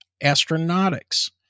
astronautics